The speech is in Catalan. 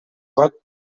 pot